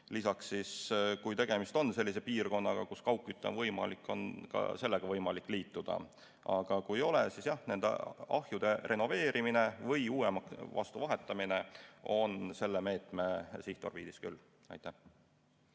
Lisaks siis, kui tegemist on sellise piirkonnaga, kus kaugküte on võimalik, on ka sellega võimalik liituda. Aga kui ei ole, siis jah, nende ahjude renoveerimine või uuema vastu vahetamine on selle meetme sihtorbiidis küll. Kalle